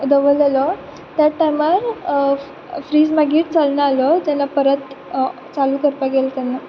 दवरलेलो त्या टायमार फ्रीज मागीर चलना जालो जाल्या परत चालू करपा गेले तेन्ना